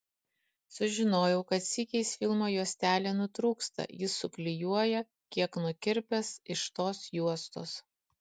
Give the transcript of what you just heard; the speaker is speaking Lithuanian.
sužinojau kad sykiais filmo juostelė nutrūksta jis suklijuoja kiek nukirpęs iš tos juostos